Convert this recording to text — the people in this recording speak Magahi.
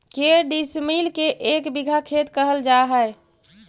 के डिसमिल के एक बिघा खेत कहल जा है?